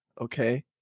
okay